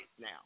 now